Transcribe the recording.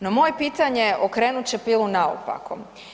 No moje pitanje okrenut će pilu naopako.